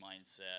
mindset